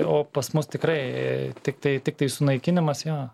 o pas mus tikrai tiktai tiktai sunaikinimas jo